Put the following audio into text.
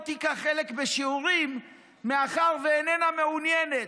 תיקח חלק בשיעורים מאחר שאיננה מעוניינת.